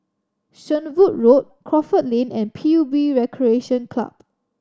Shenvood Road Crawford Lane and P U B Recreation Club